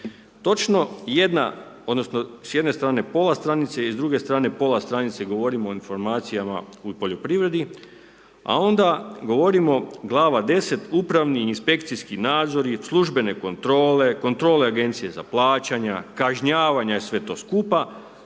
Točno jedna odnosno s jedne strane, pola stranice i s druge strane pola stranice govorimo o informacijama u poljoprivredi a onda govorimo glava 10., upravni inspekcijski nadzori, službene kontrole, kontrole agencije za plaćanja, kažnjavanja u sve to skupa